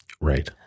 Right